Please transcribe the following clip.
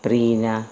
പ്രീനാ